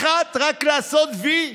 אחת, רק לעשות וי.